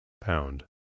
pound